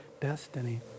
destiny